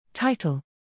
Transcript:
TITLE